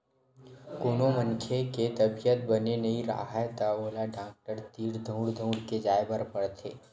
कोनो मनखे के तबीयत बने नइ राहय त ओला डॉक्टर तीर दउड़ दउड़ के जाय बर पड़थे